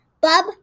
Bub